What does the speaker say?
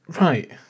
right